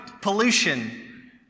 pollution